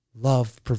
love